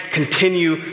continue